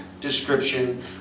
description